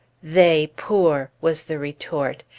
they poor! was the retort,